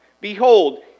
Behold